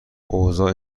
اوضاع